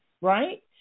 right